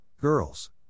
girls